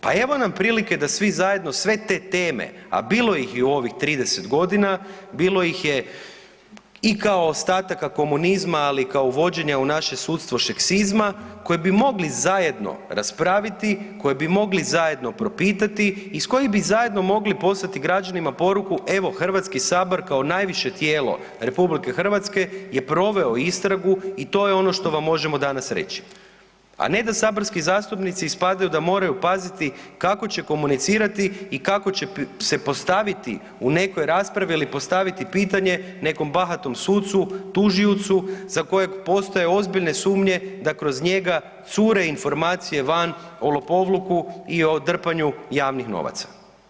Pa evo nam prilike da svi zajedno sve te teme, a bilo ih je u ovih 30 godina, bilo ih je i kao ostataka komunizma ali i kao uvođenje u naše sudstvo šeksizma koje bi mogli zajedno raspraviti, koje bi mogli zajedno propitati i iz kojih bi zajedno mogli poslati građanima poruku, evo Hrvatski sabor kao najviše tijelo RH je proveo istragu i to je ono što vam možemo danas reći, a ne da saborski zastupnici ispadaju da moraju paziti kako će komunicirati i kako će se postaviti u nekoj raspravi ili postaviti pitanje nekom bahatom sucu, tužiocu za kojeg postoje ozbiljne sumnje da kroz njega cure informacije van o lopovluku i o drpanju javnih novaca.